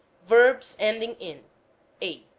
verbs ending in a.